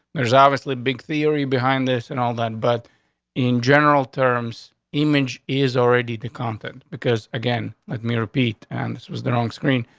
there's obviously big theory behind this and all that. but in general terms, image is already the continent because again, at me, repeat. and this was the wrong screen.